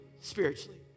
spiritually